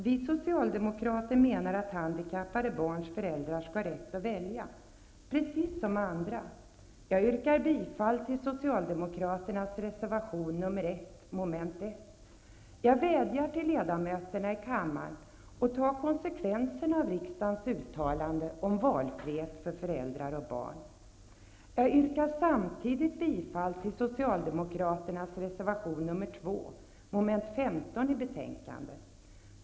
Vi socialdemokrater menar att handikappade barns föräldrar skall ha rätt att välja -- precis som andra. Jag yrkar bifall till 6. Jag vädjar till ledamöterna i kammaren att ta konsekvenserna av riksdagens uttalande om valfrihet för föräldrar och barn. Jag yrkar samtidigt bifall till Socialdemokraternas reservation nr 2 vid moment 15 i betänkandet.